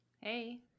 Hey